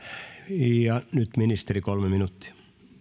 ja nyt ministeri kolme minuuttia